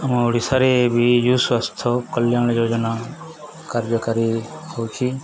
ଆମ ଓଡ଼ିଶାରେ ବିଜୁ ସ୍ୱାସ୍ଥ୍ୟ କଲ୍ୟାଣ ଯୋଜନା କାର୍ଯ୍ୟକାରୀ ହଉଛି